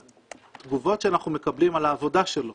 והתגובות שאנחנו מקבלים על העבודה שלו